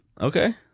Okay